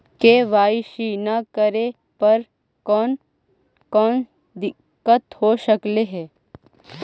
KYC न करे पर कौन कौन दिक्कत हो सकले हे?